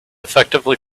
effectively